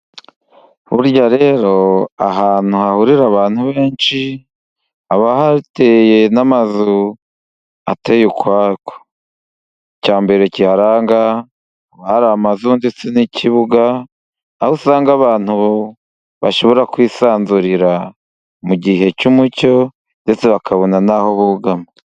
Burya rero ahantu hahurira abantu benshi, haba hateye n'amazu ateye ukwako. Icya mbere kiharanga, haba hari amazu ndetse n'ikibuga, aho usanga abantu bashobora kwisanzurira mu gihe cy'umucyo, ndetse bakabona n'aho bugama.